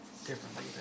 differently